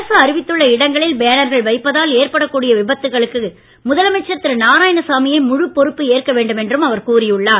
அரசு அறிவித்துள்ள இடங்களில் பேனர்கள் வைப்பதால் ஏற்படக் கூடிய விபத்துக்களுக்கு முதலமைச்சர் திரு நாராயணசாமியே முழு பொறுப்பேற்க வேண்டுமென்று அவர் கூறி உள்ளார்